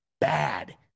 bad